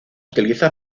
utiliza